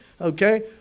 okay